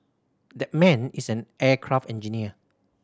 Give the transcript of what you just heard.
that man is an aircraft engineer